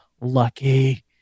Lucky